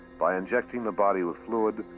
by injecting the body with fluid,